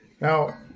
Now